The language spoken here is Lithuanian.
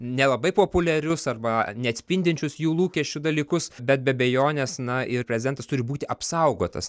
nelabai populiarius arba neatspindinčius jų lūkesčių dalykus bet be abejonės na ir prezidentas turi būti apsaugotas